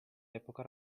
epoca